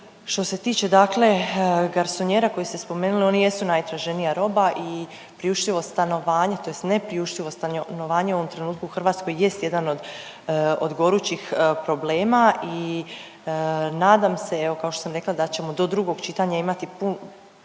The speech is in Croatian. što se tiče dakle garsonijera koje ste spomenuli one jesu najtraženija roba i priuštivost stanovanja tj. nepriuštivost stanovanja u ovom trenutku u Hrvatskoj jest jedan od gorućih problema i nadam se evo kao što sam rekla da ćemo do drugog čitanja imati pu…,